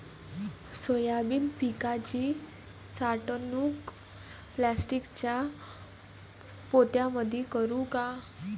Soybean पिकाची साठवणूक प्लास्टिकच्या पोत्यामंदी करू का?